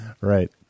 Right